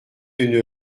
une